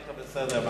הוספנו עוד דקה.